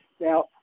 Now